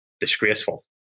disgraceful